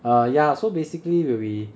uh yeah so basically will be